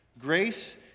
grace